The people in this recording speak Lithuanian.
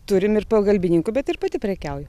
turim ir pagalbininkų bet ir pati prekiauju